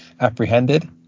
apprehended